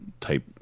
type